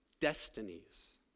destinies